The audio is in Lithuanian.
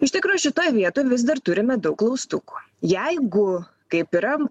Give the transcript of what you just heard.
iš tikro šitoj vietoj vis dar turime daug klaustukų jeigu kaip yra